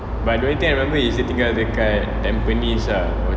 but the only thing I remember is dia tinggal dekat tampines ah